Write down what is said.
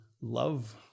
love